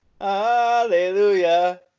Hallelujah